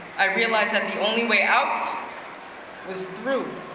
i realized that the only way out was through.